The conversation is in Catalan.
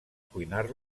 cuinar